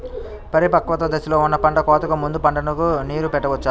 పరిపక్వత దశలో ఉన్న పంట కోతకు ముందు పంటకు నీరు పెట్టవచ్చా?